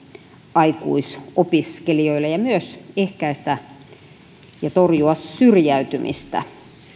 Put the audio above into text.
aikuisopiskelijoille ja myös ehkäistä ja torjua syrjäytymistä